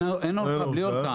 בלי ארכה.